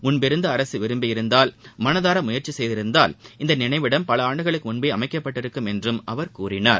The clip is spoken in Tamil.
முன்பிருந்த அரசு விரும்பியிருந்தால் மனதார முயற்சி செய்திருந்தால் இந்த நினைவிடம் பல ஆண்டுகளுக்கு முன்பே அமைக்கப்பட்டிருக்கும் என்றும் அவர் கூறினார்